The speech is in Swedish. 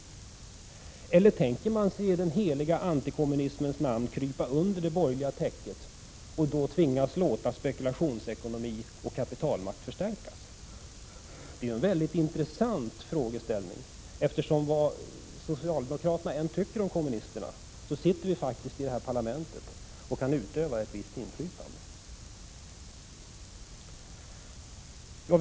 Eller tänker man i den heliga antikommunismens namn krypa under det borgerliga täcket och tvingas låta spekulationsekonomi och kapitalmakt förstärkas? Det är en mycket intressant frågeställning. Vad socialdemokraterna än tycker om oss kommunister, så sitter vi ändå i detta parlament och kan utöva ett visst inflytande.